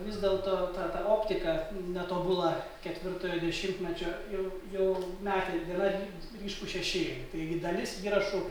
vis dėlto ta ta optika netobula ketvirtojo dešimtmečio jau jau metė gana ry ryškų šešėlį taigi dalis įrašų